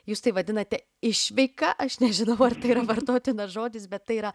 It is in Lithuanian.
jūs tai vadinate išveika aš nežinau ar tai yra vartotinas žodis bet tai yra